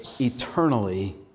eternally